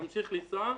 תמשיך לנסוע,